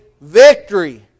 victory